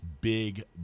big